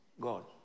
God